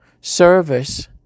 service